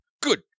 Good